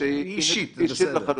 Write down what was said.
חוק